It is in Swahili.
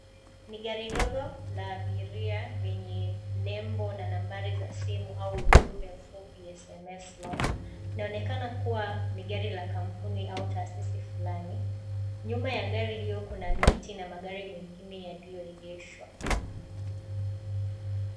Ni gari dogo la abiria lenye nembo na nambari za simu au ujumbe mifupi ya sms loan . Inaonekana kuwa ni gari la kampuni au taasisi fulani. Nyuma ya gari hiyo kuna miti na magari mengine yaliyoegeshwa.